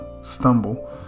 stumble